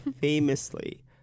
famously